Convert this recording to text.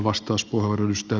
arvoisa puhemies